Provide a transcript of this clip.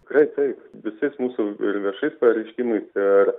tikrai taip visais mūsų ir viešais pareiškimais ir